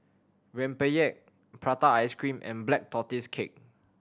rempeyek prata ice cream and Black Tortoise Cake